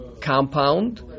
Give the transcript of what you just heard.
compound